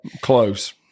Close